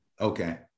Okay